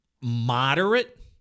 moderate